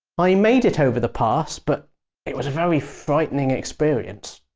i made it over the pass, but it was a very frightening experience.